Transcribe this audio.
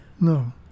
No